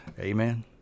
amen